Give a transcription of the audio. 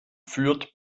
führt